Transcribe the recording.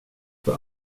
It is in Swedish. för